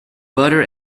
butter